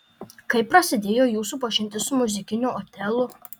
kaip prasidėjo jūsų pažintis su muzikiniu otelu